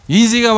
easy